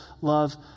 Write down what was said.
love